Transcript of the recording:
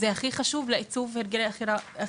זה הדבר החשוב ביותר עבור עיצוב הרגלי האכילה